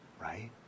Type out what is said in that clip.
right